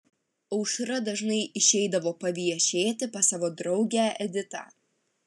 aušra dažnai išeidavo paviešėti pas savo draugę editą